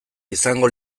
izango